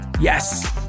Yes